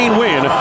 win